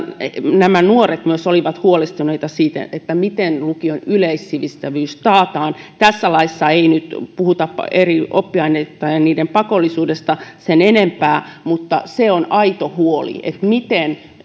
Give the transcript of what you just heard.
nämä nuoret myös olivat huolestuneita siitä miten lukion yleissivistävyys taataan tässä laissa ei nyt puhuta eri oppiaineittain niiden pakollisuudesta sen enempää mutta se on aito huoli miten